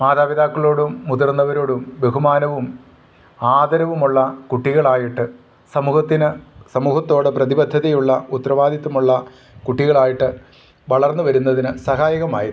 മാതാപിതാക്കളോടും മുതിർന്നവരോടും ബഹുമാനവും ആദരവുമുള്ള കുട്ടികളായിട്ട് സമൂഹത്തിന് സമൂഹത്തോട് പ്രതിബദ്ധതയുള്ള ഉത്തരവാദിത്തമുള്ള കുട്ടികളായിട്ട് വളർന്ന് വരുന്നതിന് സഹായകമായിരുന്നു